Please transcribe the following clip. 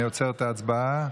אני עוצר את ההצבעה.